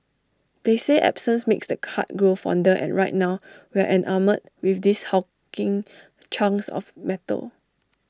they say absence makes the heart grow fonder and right now we are enamoured with these hulking chunks of metal